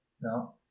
No